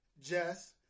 Jess